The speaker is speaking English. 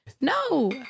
no